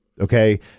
Okay